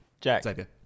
Jack